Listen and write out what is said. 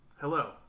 Hello